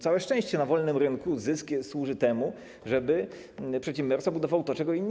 Całe szczęście na wolnym rynku zysk służy temu, żeby przedsiębiorstwa budowały to, czego chcą inni.